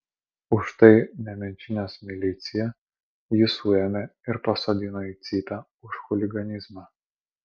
už tai nemenčinės milicija jį suėmė ir pasodino į cypę už chuliganizmą